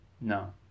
No